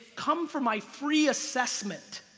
come for my free assessment.